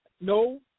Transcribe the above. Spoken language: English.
No